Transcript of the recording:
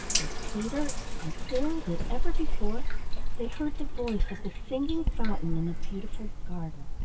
and sweeter and clearer than ever before they heard the voice of the singing fountain in the beautiful garden.